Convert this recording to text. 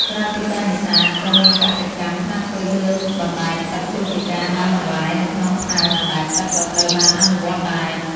ក្រៅពីការនេសាទ ក៏មានកសិកម្មខ្នាតតូចលើបណ្ដែតទឹកដូចជាការដាំបន្លែនៅក្នុងផើងអណ្ដែតទឹកក៏ត្រូវបានអនុវត្តដែរ។